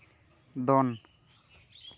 ᱫᱚᱱ